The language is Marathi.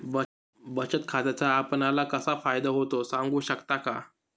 बचत खात्याचा आपणाला कसा फायदा होतो? सांगू शकता का?